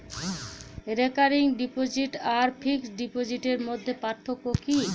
Recurring deposit আর fixed ডিপোজিটের মধ্যে পার্থক্য কি?